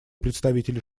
представителя